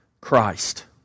Christ